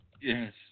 Yes